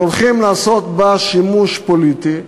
שהולכים לעשות בה שימוש פוליטי.